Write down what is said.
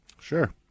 Sure